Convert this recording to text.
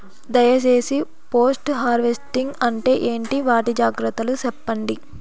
దయ సేసి post harvesting అంటే ఏంటి? వాటి జాగ్రత్తలు సెప్పండి?